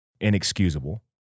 inexcusable